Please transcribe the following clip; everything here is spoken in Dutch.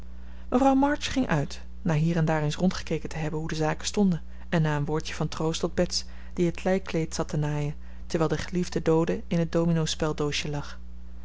mevrouw march ging uit na hier en daar eens rondgekeken te hebben hoe de zaken stonden en na een woordje van troost tot bets die het lijkkleed zat te naaien terwijl de geliefde doode in het dominospeldoosje lag